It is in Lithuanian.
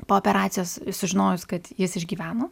po operacijos sužinojus kad jis išgyveno